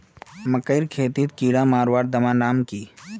मकई खेतीत कीड़ा मारवार दवा नाम की?